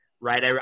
right